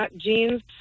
jeans